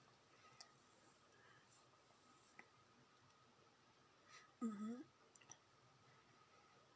mmhmm